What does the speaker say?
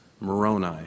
Moroni